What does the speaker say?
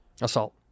Assault